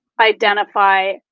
identify